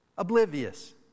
Oblivious